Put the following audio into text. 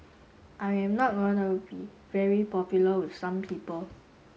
I am not going to be very popular with some people